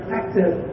active